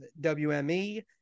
WME